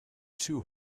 too